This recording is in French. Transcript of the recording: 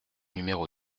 numéro